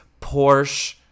Porsche